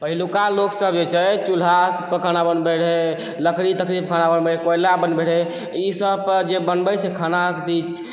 पहिलुका लोक सब जे छै चूल्हापर खाना बनबै रहै लकड़ी तकड़ीपर कोयलापर बनबै रहै ई सबपर जे बनबै छै खाना